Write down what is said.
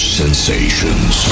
sensations